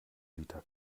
liter